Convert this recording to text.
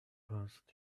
past